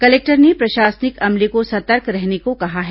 collector ने प्रशासनिक अमले को सतर्क रहने को कहा है